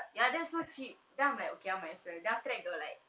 ya that's so cheap then I'm like okay lah might as well then after that go like